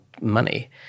money